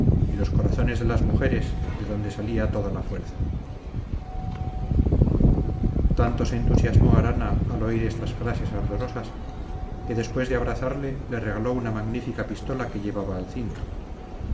y los corazones de las mujeres de donde salía toda la fuerza tanto se entusiasmó arana al oír estas frases ardorosas que después de abrazarle le regaló una magnífica pistola que llevaba al cinto